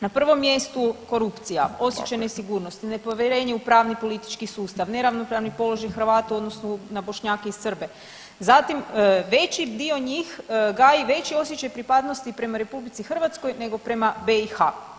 Na prvom mjestu korupcija … [[Upadica se ne razumije.]] osjećaj nesigurnosti, nepovjerenje u pravni i politički sustav, neravnomjerni položaj Hrvata u odnosu na Bošnjake i Srbe, zatim veći dio njih gaji veli osjećaj pripadnosti prema RH nego prema BiH.